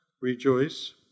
rejoice